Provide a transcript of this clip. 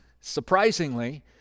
surprisingly